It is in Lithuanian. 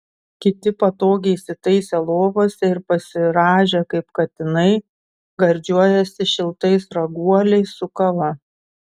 kiti patogiai įsitaisę lovose ir pasirąžę kaip katinai gardžiuojasi šiltais raguoliais su kava